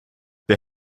they